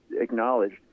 acknowledged